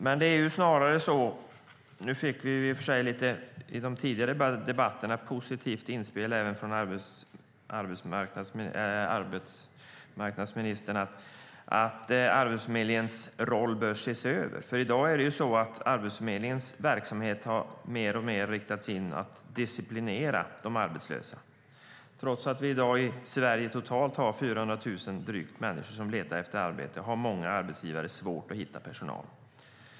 I de tidigare debatterna fick vi i och för sig ett positivt inspel från arbetsmarknadsministern om att Arbetsförmedlingens roll bör ses över. I dag har Arbetsförmedlingens verksamhet mer och mer inriktats på att disciplinera de arbetslösa. Trots att vi i dag tyvärr totalt har drygt 400 000 människor som letar efter arbete har många arbetsgivare svårt att hitta personal.